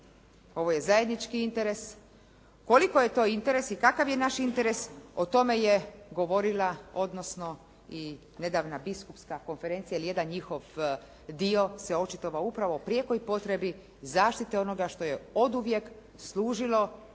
Ovo je zajednički interes. Koliko je to interes i kakav je naš interes o tome je govorila, odnosno i nedavna Biskupska konferencija ili jedan njihov dio se očitovao u prijekoj potrebi zaštite onoga što je oduvijek služilo,